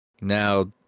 Now